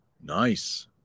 Nice